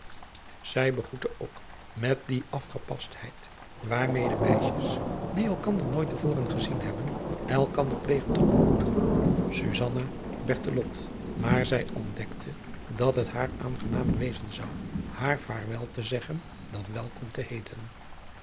zij begroette ook met die asgepastheid waarmede meisjes die elkander nooit te voren gezien hebben elkander plegen te ontmoeten susanna bertelot maar zij ontdekte dat het haar aangenamer wezen zou haar vaarwel te zeggen dan welkom te heeten